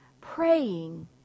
praying